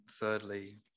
thirdly